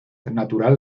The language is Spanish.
natural